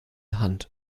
hand